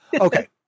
Okay